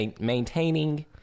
maintaining